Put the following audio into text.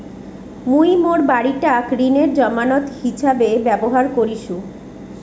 মুই মোর বাড়িটাক ঋণের জামানত হিছাবে ব্যবহার করিসু